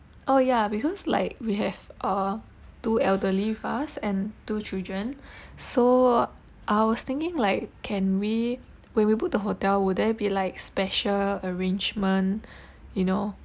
oh ya because like we have uh two elderly with us and two children so I was thinking like can we when we book the hotel will there be like special arrangement you know